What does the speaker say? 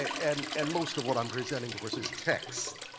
and and most of what i'm presenting, of course, is text.